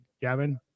Gavin